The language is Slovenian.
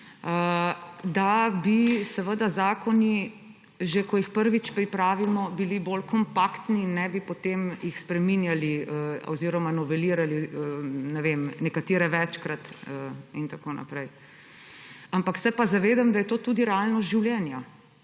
da bi seveda zakoni, že ko jih prvič pripravimo, bili bolj kompaktni in jih ne bi potem spreminjali oziroma novelirali, nekatere večkrat in tako naprej. Ampak se pa zavedam, da je to tudi realnost življenja